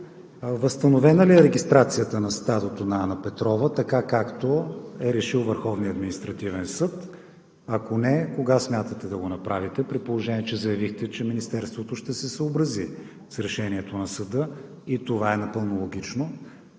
възстановена ли е регистрацията на стадото на Ана Петрова, така както е решил Върховният административен съд? Ако не кога смятате да го направите, при положение че заявихте, че Министерството ще се съобрази с решението на Съда и това е напълно логично.